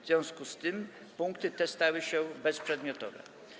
W związku z tym punkty te stały się bezprzedmiotowe.